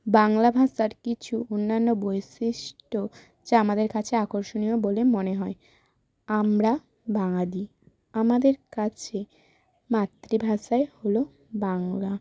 বাংলা ভাষার কিছু অন্যান্য বৈশিষ্ট্য যা আমাদের কাছে আকর্ষণীয় বলে মনে হয় আমরা বাঙালি আমাদের কাছে মাতৃভাষাই হলো বাংলা